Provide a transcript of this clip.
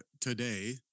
today